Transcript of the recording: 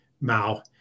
Mao